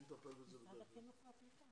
משרד החינוך.